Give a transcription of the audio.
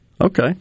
Okay